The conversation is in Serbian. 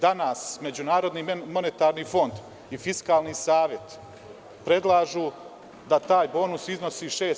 Danas Međunarodni monetarni fond i Fiskalni savet predlažu da taj bonus iznosi 6%